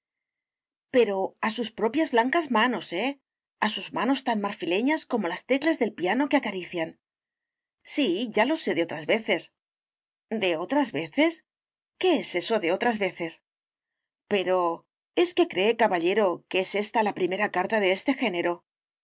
pero a sus propias blancas manos eh a sus manos tan marfileñas como las teclas del piano a que acarician sí ya lo sé de otras veces de otras veces qué es eso de otras veces pero es que cree el caballero que es ésta la primera carta de este género